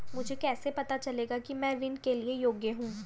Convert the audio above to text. मुझे कैसे पता चलेगा कि मैं ऋण के लिए योग्य हूँ?